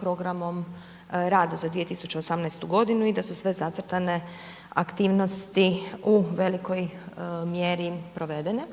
programom rada za 2018. godinu i da su sve zacrtane aktivnosti u velikoj mjeri provedene.